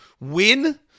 win